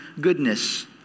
goodness